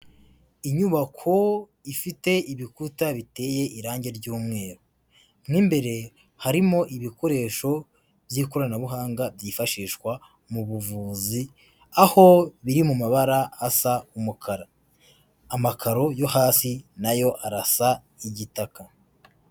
Inyubako ifite ibikuta biteye irange ry'umweru, mo imbere harimo ibikoresho by'ikoranabuhanga byifashishwa mu buvuzi, aho biri mu mabara asa umukara. Amakaro yo hasi na yo arasa igitaka.